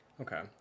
Okay